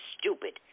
stupid